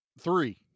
three